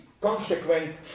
consequent